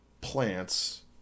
plants